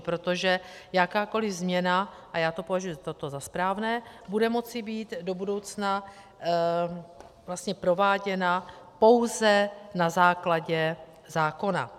Protože jakákoliv změna a já toto považuji za správné bude moci být do budoucna prováděna pouze na základě zákona.